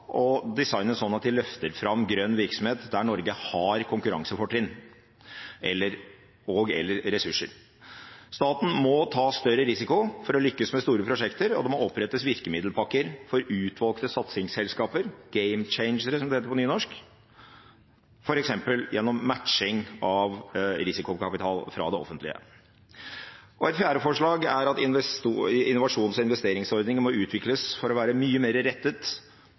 og designes sånn at de løfter fram grønn virksomhet der Norge har konkurransefortrinn og/eller ressurser. Staten må ta større risiko for å lykkes med store prosjekter, og det må opprettes virkemiddelpakker for utvalgte satsingsselskaper – «game changere», som det heter på nynorsk – f.eks. gjennom matching av risikokapital fra det offentlige. Et fjerde forslag er at innovasjons- og investeringsordningene må utvikles fra bare å være